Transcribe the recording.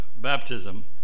baptism